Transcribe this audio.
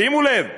שימו לב: